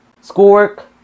schoolwork